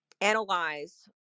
analyze